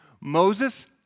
Moses